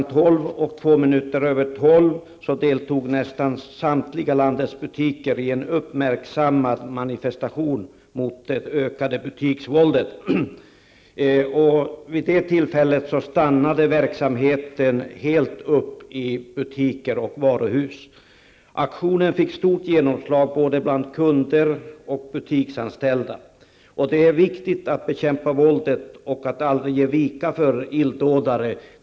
12.02 deltog nästan samtliga landets butiker i en uppmärksammad manifestation mot det ökade butiksvåldet. Vid det tillfället stannade verksamheten helt upp i butiker och varuhus. Aktionen fick stort genomslag både bland kunder och bland butiksanställda. Det är viktigt att bekämpa våldet och att aldrig ge vika för illdådare.